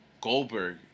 Goldberg